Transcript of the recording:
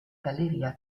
galleria